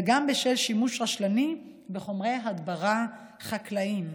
וגם בשל שימוש רשלני בחומרי הדברה חקלאיים.